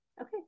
okay